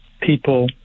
people